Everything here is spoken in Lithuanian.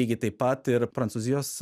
lygiai taip pat ir prancūzijos